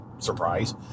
surprise